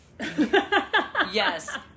Yes